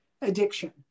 addiction